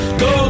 go